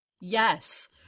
Yes